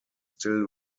still